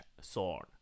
sword